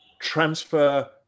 transfer